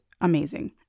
amazing